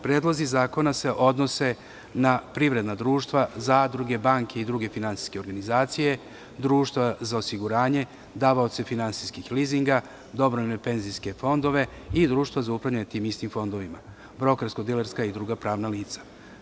Predlozi zakona se odnose na privredna društva, zadruge, banke, i druge finansijske organizacije, društva za osiguranje, davaoce finansijskih lizinga, dobrovoljne penzijske fondove i društvo za upravljanjem tim istim fondovima, brokersko-dilerska i druga pravna lica.